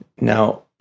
now